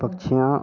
पक्षियाँ